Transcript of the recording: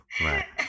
Right